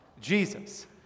Jesus